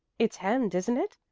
it's hemmed, isn't it?